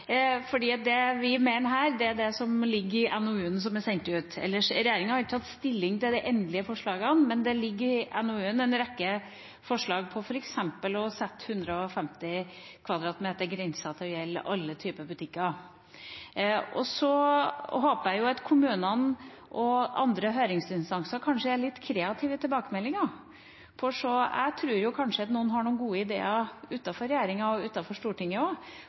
det vi mener her, er det som ligger i NOU-en som er sendt ut. Regjeringa har ikke tatt stilling til de endelige forslagene, men det ligger en rekke forslag i NOU-en, f.eks. å la 150 m 2 -grensen gjelde alle typer butikker. Så håper jeg at kommunene og andre høringsinstanser er litt kreative i tilbakemeldingene. Jeg tror kanskje at noen har noen gode ideer utenfor regjeringa og utenfor Stortinget